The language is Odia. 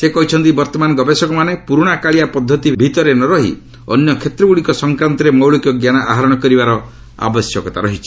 ସେ କହିଛନ୍ତି ବର୍ତ୍ତମାନ ଗବେଷକମାନେ ପ୍ରର୍ଣାକାଳିଆ ପଦ୍ଧତି ଭିତରେ ନ ରହି ଅନ୍ୟ କ୍ଷେତ୍ରଗ୍ରଡ଼ିକ ସଂକ୍ରାନ୍ତରେ ମୌଳିକ ଜ୍ଞାନ ଆହାରଣ କରିବାର ଆବଶ୍ୟକ ରହିଛି